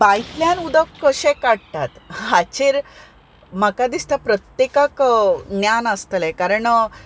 बांयतल्यान उदक कशें काडटात हाचेर म्हाका दिसता प्रत्येकाक ज्ञान आसतलें कारण